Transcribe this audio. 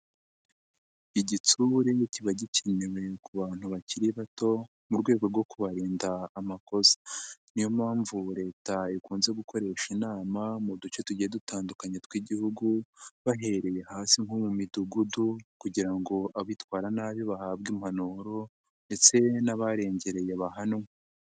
Igitsure kiba gikenewe ku bantu bakiri bato mu rwego rwo kubarinda amakosa. Niyo mpamvu leta ikunze gukoresha inama mu duce tugiye dutandukanye tw'Igihugu, bahereye hasi nko mu midugudu kugira ngo abitwara nabi bahabwe impanuro ndetse n'abarengereye bahanwe.